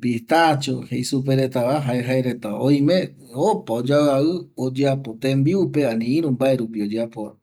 pitacho jei supeva retava jae jae reta oime opa oyoaviavi oyeapo tembiupe ani iru mbaerupi oyeapova